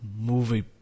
Movie